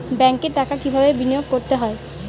ব্যাংকে টাকা কিভাবে বিনোয়োগ করতে হয়?